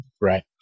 Right